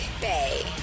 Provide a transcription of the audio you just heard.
bay